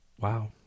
Wow